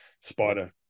spider